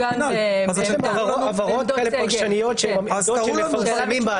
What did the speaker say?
פרשנות שתעוגן ב --- הבהרות פרשניות שמפרסמים באתר.